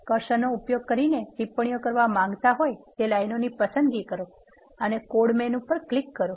કર્સરનો ઉપયોગ કરીને ટિપ્પણીઓ કરવા માંગતા લાઇનોને પસંદ કરો અને કોડ મેનુ પર ક્લિક કરો